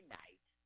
night